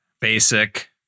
basic